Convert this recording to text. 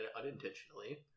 unintentionally